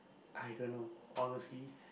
I don't know honestly